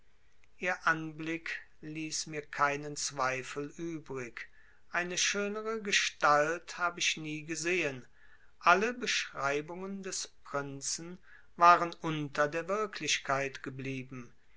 ihr anblick ließ mir keinen zweifel übrig eine schönere gestalt hab ich nie gesehen alle beschreibungen des prinzen waren unter der wirklichkeit geblieben